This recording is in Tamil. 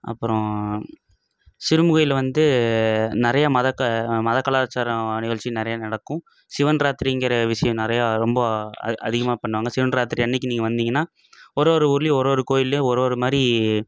அப்பறம் சிறுமுகையில் வந்து நிறையா மதத்தை மத கலாச்சாரம் நிகழ்ச்சி நிறையா நடக்கும் சிவன் ராத்திரிங்குற விஷயோம் நிறையா ரொம்ப அ அதிகமாக பண்ணுவாங்க சிவன் ராத்திரி அன்னைக்கி நீங்கள் வந்திங்கனா ஒருவொரு ஊர்லேயும் ஒருவொரு கோயில்லயும் ஒருவொரு மாதிரி